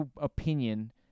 opinion